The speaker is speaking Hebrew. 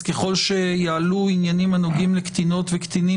אז ככל שיעלו עניינים הנוגעים לקטינות וקטינים